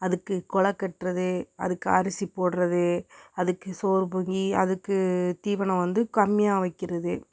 அதுக்கு கொல கட்டுறது அதுக்கு அரிசி போடுறது அதுக்கு சோறு பொங்கி அதுக்கு தீவனம் வந்து கம்மியாக வைக்கிறது